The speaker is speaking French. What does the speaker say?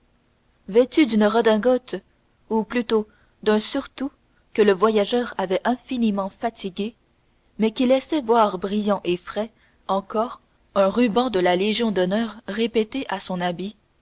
vêtu d'une redingote ou plutôt d'un surtout que le voyage avait infiniment fatigué mais qui laissait voir brillant et frais encore un ruban de la légion d'honneur répété à son habit